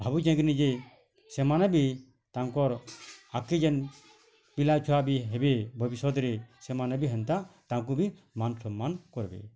ଭାବୁଛେଁ କେ ନିଜେ ସେମାନେ ବି ତାଙ୍କର ଆଗ୍କି ଯେନ୍ ପିଲାଛୁଆ ବି ହେବେ ଭବିଷ୍ୟତରେ ସେମାନେ ବି ହେନ୍ତାଁ ତାଙ୍କୁ ବି ମାନ ସମ୍ମାନ କରିବେ